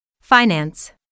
Finance